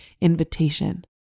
invitation